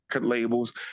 labels